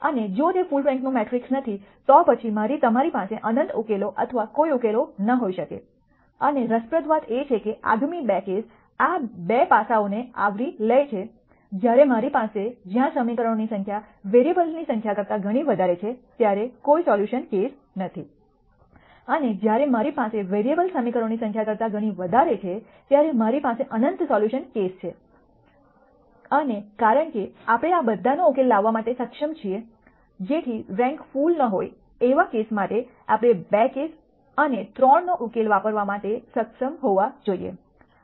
અને જો તે ફુલ રેન્કનો મેટ્રિક્સ નથી તો પછી તમારી પાસે અનંત ઉકેલો અથવા કોઈ ઉકેલ ના હોઈ શકે છે અને રસપ્રદ વાત એ છે કે આગામી 2 કેસ આ 2 પાસાઓને આવરી લે છે જ્યારે મારી પાસે જ્યાં સમીકરણોની સંખ્યા વેરીઅબલ્જ઼ની સંખ્યા કરતા ઘણી વધારે છે ત્યારે કોઈ સોલ્યુશન કેસ નથી અને જ્યારે મારી પાસે વેરીઅબલ્જ઼ સમીકરણોની સંખ્યા કરતા ઘણી વધારે છે ત્યારે મારી પાસે અનંત સોલ્યુશન કેસ છે અને કારણ કે આપણે આ બધા નો ઉકેલ લાવવા માટે સક્ષમ છીએ જેથી રેન્ક ફુલ ન હોય તેવા કેસ માટે આપણે કેસ 2 અને 3 નો ઉકેલો વાપરવા માટે સમર્થ હોવા જોઈએ